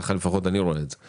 ככה לפחות אני רואה את זה.